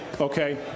Okay